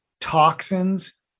toxins